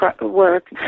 work